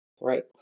right